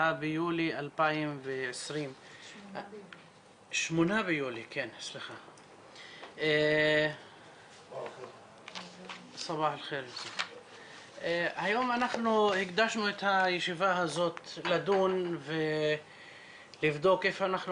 8 ביולי 2020. היום אנחנו הקדשנו את הישיבה הזו לדון ולבדוק איפה אנחנו